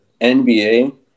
NBA